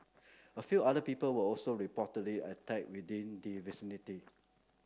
a few other people were also reportedly attacked within the vicinity